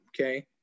okay